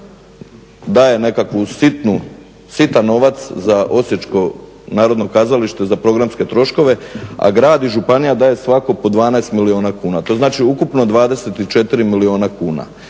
daje nekakvu sitnu, sitan novac za osječko narodno kazalište, za programske troškove, a grad i županije daje svatko po 12 milijuna kuna, to znači ukupno 24 milijuna kuna.